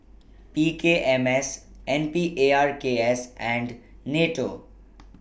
P K M S N P A R K S and NATO